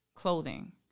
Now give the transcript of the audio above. clothing